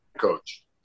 coach